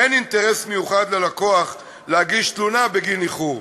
אין אינטרס מיוחד ללקוח להגיש תלונה על איחור.